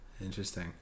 interesting